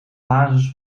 basis